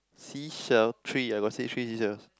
sea shell three I got see three sea shells